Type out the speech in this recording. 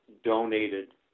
donated